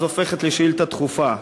ואז הופכת לשאילתה דחופה.